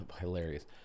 hilarious